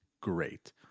great